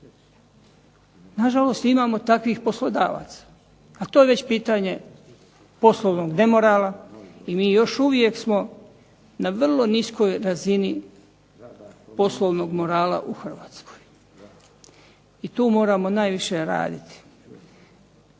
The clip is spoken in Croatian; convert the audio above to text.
Nažalost, imamo takvih poslodavaca a to je već pisanje poslovnog nemorala i mi još uvijek smo na vrlo niskoj razini poslovnog morala u Hrvatskoj. I tu moramo najviše raditi.